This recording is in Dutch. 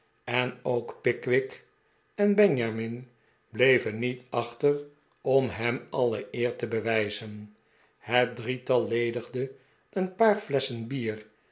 en ook pickwick en benjamin bleven niet achter om hem alle eer te bewijzen het drietal ledigde een paar flesschen bier